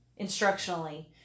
instructionally